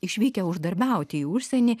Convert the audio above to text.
išvykę uždarbiauti į užsienį